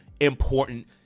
important